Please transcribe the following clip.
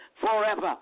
forever